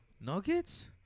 Nuggets